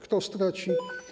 Kto straci?